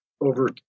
over